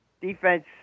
defense